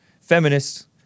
feminists